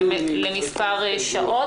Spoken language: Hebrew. למספר שעות.